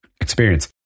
experience